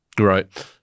Right